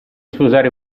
sposare